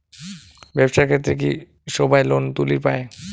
ব্যবসার ক্ষেত্রে কি সবায় লোন তুলির পায়?